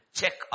check